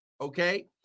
okay